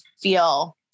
feel